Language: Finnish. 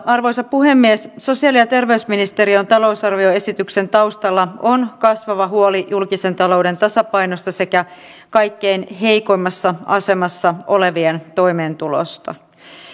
arvoisa puhemies sosiaali ja terveysministeriön talousarvioesityksen taustalla on kasvava huoli julkisen talouden tasapainosta sekä kaikkein heikoimmassa asemassa olevien toimeentulosta